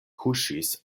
kuŝis